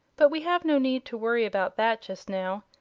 but we have no need to worry about that just now.